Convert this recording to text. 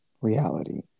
reality